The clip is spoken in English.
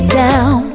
down